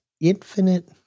Infinite